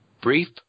Brief